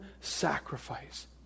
sacrifice